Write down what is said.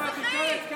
אבל אתה לא יכול.